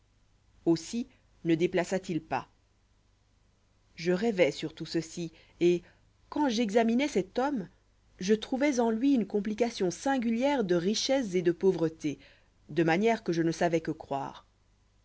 aussi ne déplaça t il pas je rêvois sur tout ceci et quand j'examinois cet homme je trouvois en lui une complication singulière de richesses et de pauvreté de manière que je ne savois que croire